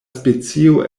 specio